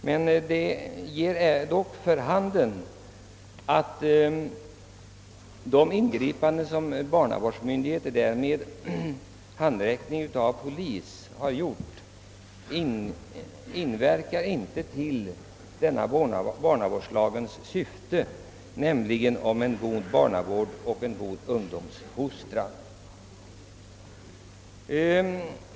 Men jag vill ändå säga att de ingripanden som barnavårdsmyndigheterna i många fall gjort med polishandräckning inte verkat i barnavårdslagens syfte, som är att befrämja en god barnavård och ungdomsfostran.